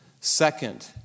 Second